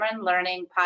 Learning